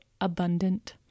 abundant